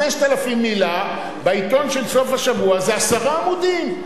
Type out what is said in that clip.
5,000 מלה בעיתון של סוף השבוע זה עשרה עמודים,